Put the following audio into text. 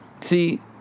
See